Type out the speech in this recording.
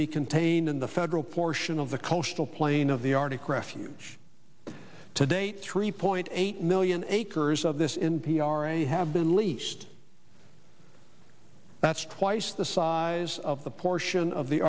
be contained in the federal portion of the coastal plain of the arctic refuge today three point eight million acres of this in p r a have been leased that's twice the size of the portion of the